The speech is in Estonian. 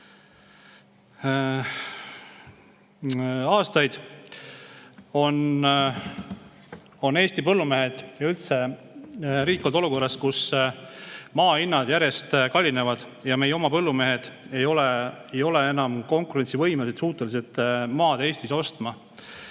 on Eesti põllumehed ja üldse riik olnud olukorras, kus maa hinnad järjest kallinevad ja meie oma põllumehed ei ole enam konkurentsivõimelised ega suutelised maad Eestis ostma.